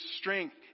strength